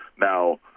Now